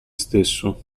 stesso